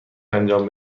انجام